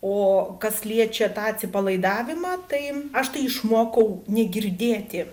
o kas liečia tą atsipalaidavimą tai aš tai išmokau negirdėti